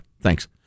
thanks